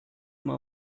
uma